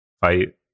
fight